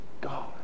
God